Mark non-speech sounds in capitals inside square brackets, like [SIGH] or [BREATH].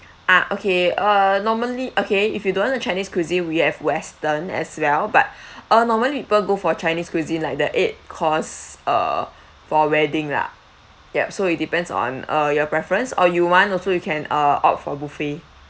ah okay uh normally okay if you don't want the chinese cuisine we have western as well but [BREATH] uh normally people go for chinese cuisine like the eight course uh for wedding lah yup so it depends on uh your preference or you want also you can uh opt for buffet